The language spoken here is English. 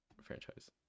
franchise